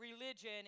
religion